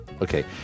Okay